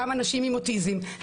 גם אנשים עם אוטיזם,